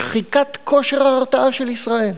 שחיקת כושר ההרתעה של ישראל.